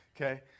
okay